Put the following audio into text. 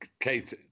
Kate